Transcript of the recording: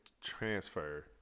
transfer